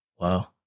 Wow